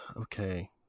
Okay